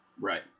Right